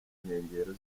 nkengero